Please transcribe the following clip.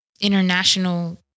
international